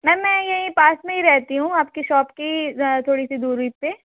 ma'am मैं यही पास में ही रहती हूँ आपके शोप के थोड़ी सी दूरी पर